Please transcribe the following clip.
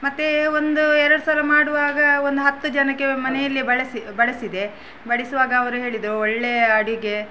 ಮತ್ತೆ ಒಂದು ಎರಡು ಸಲ ಮಾಡುವಾಗ ಒಂದು ಹತ್ತು ಜನಕ್ಕೆ ಮನೆಯಲ್ಲಿಯೇ ಬಳಸಿ ಬಡಿಸಿದೆ ಬಡಿಸುವಾಗ ಅವರು ಹೇಳಿದರು ಒಳ್ಳೆಯ ಅಡುಗೆ